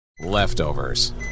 Leftovers